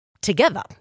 together